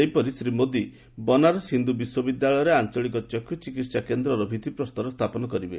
ସେହିପରି ଶ୍ରୀ ମୋଦି ବନାରସ ହିନ୍ଦୁ ବିଶ୍ୱବିଦ୍ୟାଳୟରେ ଆଞ୍ଚଳିକ ଚକ୍ଷୁ ଚିକିତ୍ସା କେନ୍ଦ୍ରର ଭିଭିପ୍ରସ୍ତର ସ୍ଥାପନ କରିବେ